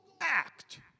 act